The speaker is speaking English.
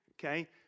okay